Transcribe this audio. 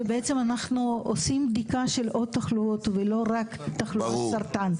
שבעצם אנחנו עושים בדיקה של עוד תחלואות ולא רק תחלואות סרטן.